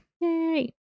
yay